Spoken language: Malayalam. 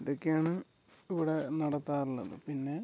ഇതൊക്കെയാണ് ഇവ്ടെ നടത്താറുള്ളത് പിന്നെ